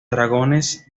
dragones